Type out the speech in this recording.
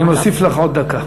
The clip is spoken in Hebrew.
אני מוסיף לך עוד דקה.